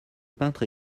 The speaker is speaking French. peintres